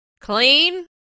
Clean